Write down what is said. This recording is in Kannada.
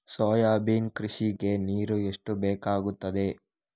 ಸೋಯಾಬೀನ್ ಕೃಷಿಗೆ ನೀರು ಎಷ್ಟು ಬೇಕಾಗುತ್ತದೆ?